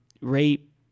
rape